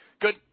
Good